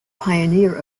pioneer